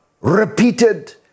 repeated